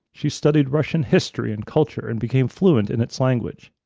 she studied russian history and culture and became fluent in its language.